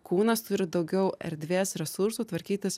kūnas turi daugiau erdvės resursų tvarkytis